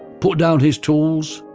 put down his tools,